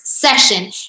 Session